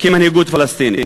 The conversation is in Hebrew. כמנהיגות פלסטינית.